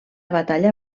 batalla